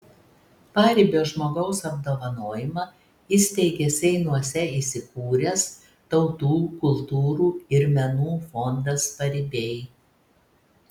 paribio žmogaus apdovanojimą įsteigė seinuose įsikūręs tautų kultūrų ir menų fondas paribiai